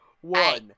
one